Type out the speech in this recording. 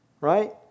right